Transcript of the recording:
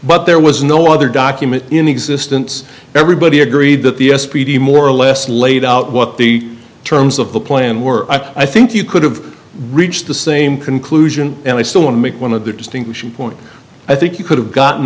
but there was no other document in existence everybody agreed that the s p d more or less laid out what the terms of the plan were i think you could have reached the same conclusion and i still want to make one of the distinguishing point i think you could have gotten